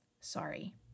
Sorry